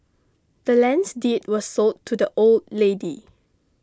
the land's deed was sold to the old lady